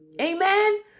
Amen